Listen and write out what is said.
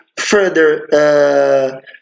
further